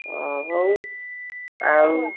ହଉ ଆଉ